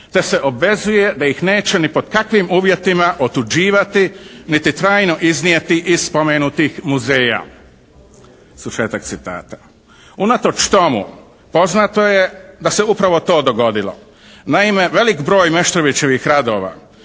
te se obvezuje da ih neće ni pod kakvim uvjetima otuđivati niti trajno iznijeti iz spomenutih muzeja". Unatoč tomu poznato je da se upravo to dogodilo. Naime, veliki broj Meštrovićević radova